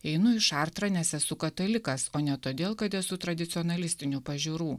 einu į šartrą nes esu katalikas o ne todėl kad esu tradicionalistinių pažiūrų